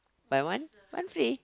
buy one one free